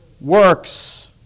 works